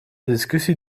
discussie